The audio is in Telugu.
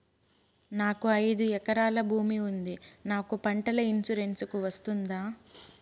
నాకు ఐదు ఎకరాల భూమి ఉంది నాకు పంటల ఇన్సూరెన్సుకు వస్తుందా?